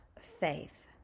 faith